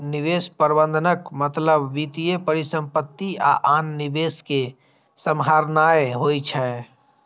निवेश प्रबंधनक मतलब वित्तीय परिसंपत्ति आ आन निवेश कें सम्हारनाय होइ छै